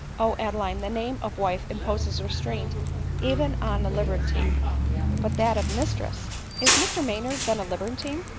o adeline, the name of wife imposes restraint even on a libertine but that of mistress is mr maynard then a libertine?